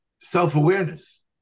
self-awareness